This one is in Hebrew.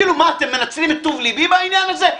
כאילו מה, אתם מנצלים את טוב לבי בעניין הזה?